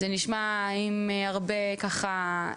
זה נשמע עם הרבה ככה,